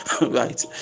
right